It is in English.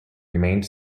remained